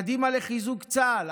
קדימה לחיזוק צה"ל.